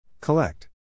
Collect